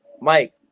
Mike